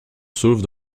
sauve